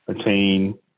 attain